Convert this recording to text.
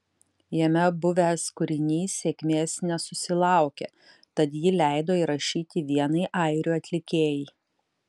jame buvęs kūrinys sėkmės nesusilaukė tad jį leido įrašyti vienai airių atlikėjai